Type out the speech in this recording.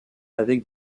avec